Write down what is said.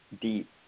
deep